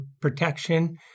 protection